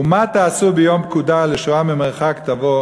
ומה תעשו ליום פקדה ולשואה ממרחק תבוא